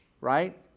right